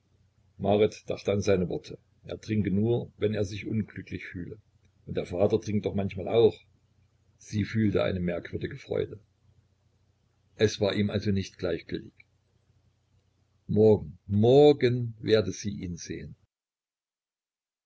marit dachte an seine worte er trinke nur wenn er sich unglücklich fühle und der vater trinkt doch manchmal auch sie fühlte eine merkwürdige freude es war ihm also nicht gleichgültig morgen morgen werde sie ihn sehen